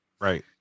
Right